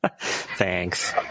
Thanks